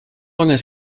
longer